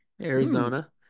Arizona